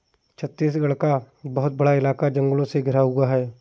छत्तीसगढ़ का बहुत बड़ा इलाका जंगलों से घिरा हुआ है